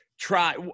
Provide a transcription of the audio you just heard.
try